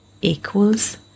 equals